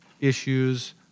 issues